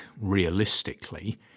realistically